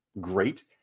great